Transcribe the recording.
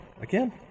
Again